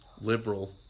liberal